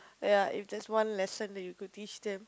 ya if there's one lesson that you could teach them